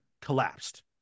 collapsed